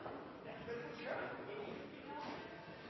dette prøveprosjektet som